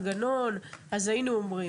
יש מנגנונים קיימים.